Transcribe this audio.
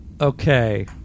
Okay